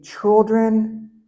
children